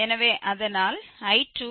எனவே அதனால் I2